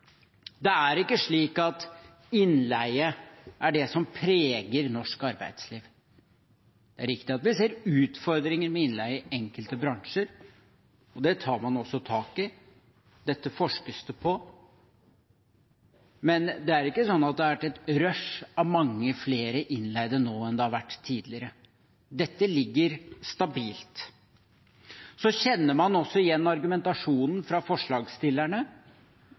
Det er ikke slik at innleie er det som preger norsk arbeidsliv. Det er riktig at vi ser utfordringer med innleie i enkelte bransjer – det tar man også tak i, dette forskes det på – men det har ikke vært et rush av mange flere innleide nå enn det har vært tidligere. Dette ligger stabilt. Man kjenner også igjen argumentasjonen fra forslagsstillerne